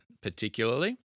particularly